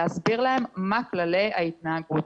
להסביר להם מה כללי ההתנהגות,